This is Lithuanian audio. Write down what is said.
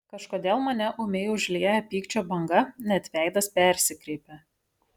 kažkodėl mane ūmiai užlieja pykčio banga net veidas persikreipia